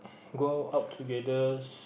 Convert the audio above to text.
go out togethers